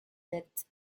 that